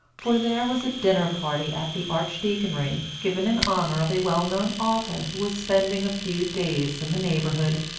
for there was a dinner-party at the archdeaconry, given in honour of a well-known author who was spending a few days in the neighbourhood.